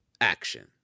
action